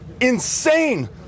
insane